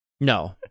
No